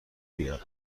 بیاد